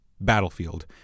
Battlefield